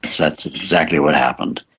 that's exactly what happened.